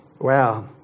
wow